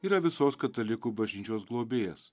yra visos katalikų bažnyčios globėjas